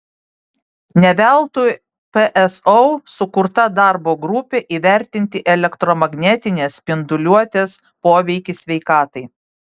ne veltui pso sukurta darbo grupė įvertinti elektromagnetinės spinduliuotės poveikį sveikatai